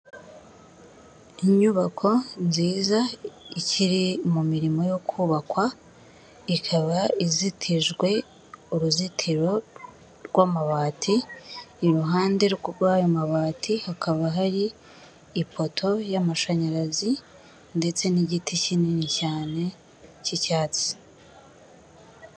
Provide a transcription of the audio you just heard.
Inyubako nziza ikiri mu mirimo yo kubakwa, ikaba izitijwe uruzitiro rw'amabati, iruhande rw'ayo mabati hakaba hari ipoto y'amashanyarazi ndetse n'igiti kinini cyane k'icyatsi.